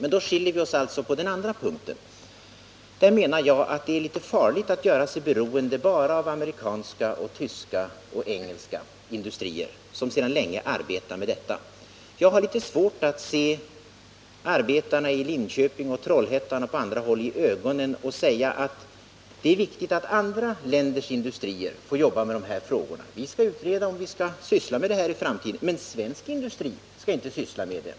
Vi skiljer oss alltså på den andra punkten. Där menar jag att det är farligt att göra sig beroende av bara amerikanska, tyska och engelska industrier, som sedan länge arbetar med detta. Jag har svårt att se arbetarna i Linköping och Trollhättan och på andra håll i ögonen och säga: Det är viktigt att andra länder får jobba med de här frågorna. Vi skall utreda om vi skall syssla med sådant här i framtiden, men svensk industri skall inte arbeta med det.